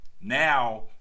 now